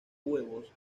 huevos